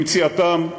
למציאתם,